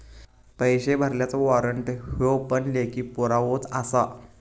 पैशे भरलल्याचा वाॅरंट ह्यो पण लेखी पुरावोच आसा